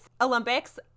Olympics